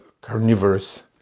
carnivorous